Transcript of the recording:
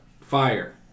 fire